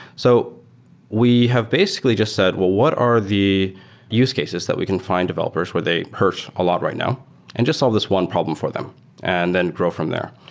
so we have basically just said, well, what are the use cases that we can find developers where they hurt a lot right now and just solve this one problem for them and then grow from there?